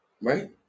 right